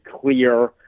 clear